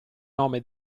nome